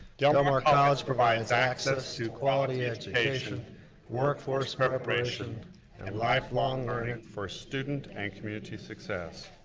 del mar mar college provides access to quality education workforce preparation and lifelong learning, for student and community success.